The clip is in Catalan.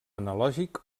analògic